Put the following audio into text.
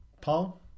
Paul